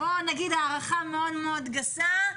נגיד בהערכה מאוד גסה,